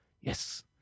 Yes